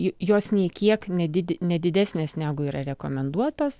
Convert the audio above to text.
jos nė kiek nedid ne didesnės negu yra rekomenduotos